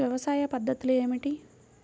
వ్యవసాయ పద్ధతులు ఏమిటి?